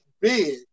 big